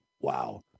Wow